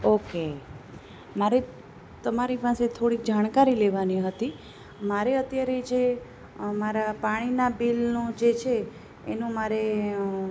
okay મારે તમારી પાસે થોડીક જાણકારી લેવાની હતી મારે અત્યારે જે અમારા પાણીના બિલનું જે છે એનું મારે